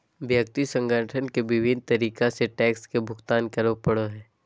व्यक्ति संगठन के विभिन्न तरीका से टैक्स के भुगतान करे पड़ो हइ